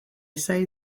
say